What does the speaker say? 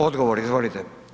Odgovor, izvolite.